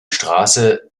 strasse